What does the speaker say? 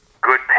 good